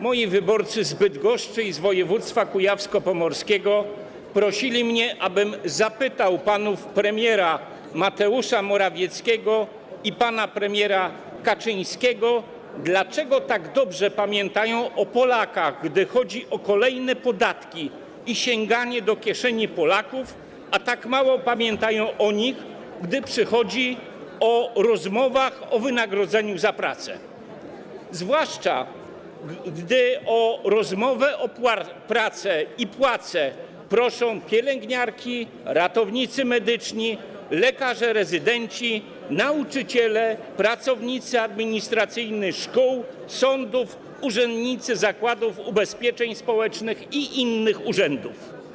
Moi wyborcy z Bydgoszczy, z województwa kujawsko-pomorskiego prosili mnie, abym zapytał pana premiera Mateusza Morawieckiego i pana premiera Kaczyńskiego, dlaczego tak dobrze pamiętają o Polakach, gdy chodzi o kolejne podatki i sięganie do kieszeni Polaków, a tak mało pamiętają o nich, gdy przychodzi do rozmów na temat wynagrodzenia za pracę, zwłaszcza gdy o rozmowę na temat pracy i płacy proszą pielęgniarki, ratownicy medyczni, lekarze rezydenci, nauczyciele, pracownicy administracyjni szkół, sądów, urzędnicy ubezpieczeń społecznych i innych urzędów.